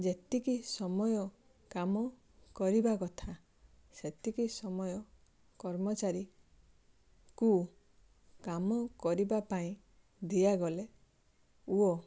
ଯେତିକି ସମୟ କାମ କରିବା କଥା ସେତିକି ସମୟ କର୍ମଚାରୀ କୁ କାମ କରିବା ପାଇଁ ଦିଆଗଲେ ଓ